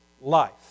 life